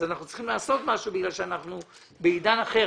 אנחנו צריכים לעשות משהו כי אנחנו בעידן אחר.